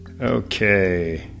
Okay